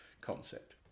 concept